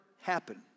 happen